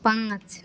पाँच